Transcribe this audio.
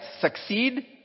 succeed